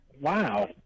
Wow